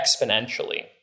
exponentially